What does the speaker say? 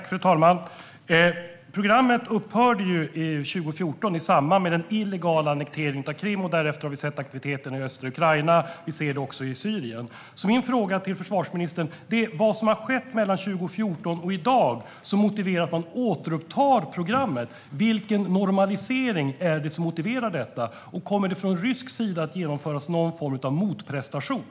Fru talman! Programmet upphörde 2014 i samband med den illegala annekteringen av Krim. Därefter har vi sett aktiviteten i östra Ukraina. Vi ser detta också i Syrien. Min fråga till försvarsministern är vad som har skett mellan 2014 och i dag som motiverar att man återupptar programmet. Vilken normalisering är det som motiverar detta, och kommer det från rysk sida att genomföras någon form av motprestation?